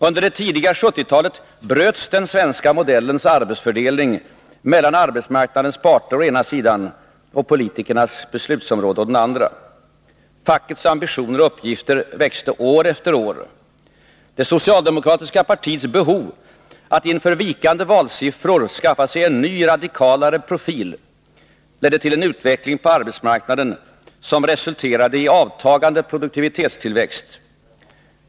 Under det tidiga 1970-talet bröts den svenska modellens arbetsfördelning mellan arbetsmarknadens parter å ena sidan och politikernas beslutsområde å den andra. Fackets ambitioner och uppgifter växte år efter år. Det socialdemokratiska partiets behov att inför vikande valsiffror skaffa sig en ny, radikalare profil ledde till en utveckling på arbetsmarknaden som resulterade i avtagande produktivitetstillväxt.